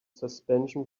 suspension